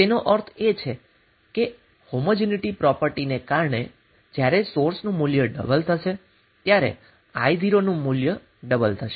તો તેનો અર્થ એ છે કે હોમોજીનીટી પ્રોપર્ટિ ને કારણે જ્યારે સોર્સનું મૂલ્ય ડબલ થશે ત્યારે I0 નું મૂલ્ય ડબલ થશે